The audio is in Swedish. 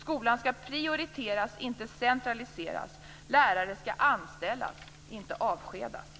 Skolan skall prioriteras, inte centraliseras. Lärare skall anställas, inte avskedas.